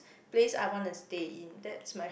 place I wanna stay in that's my